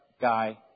guy